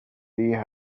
tea